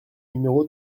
numéro